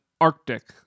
Arctic